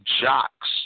jocks